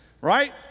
right